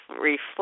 reflect